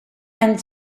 and